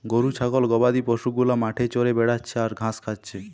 গরু ছাগল গবাদি পশু গুলা মাঠে চরে বেড়াচ্ছে আর ঘাস খাচ্ছে